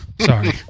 Sorry